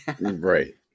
Right